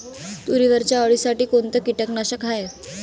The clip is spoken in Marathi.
तुरीवरच्या अळीसाठी कोनतं कीटकनाशक हाये?